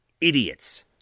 Idiots